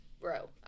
Bro